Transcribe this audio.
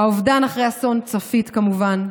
האובדן אחרי אסון צפית, כמובן,